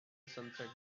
sunset